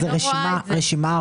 רשימה ארוכה